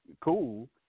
cool